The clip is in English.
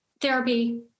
therapy